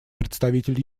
представитель